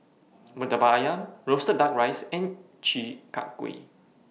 Murtabak Ayam Roasted Duck Rice and Chi Kak Kuih